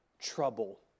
trouble